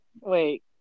Wait